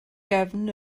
gefn